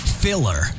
Filler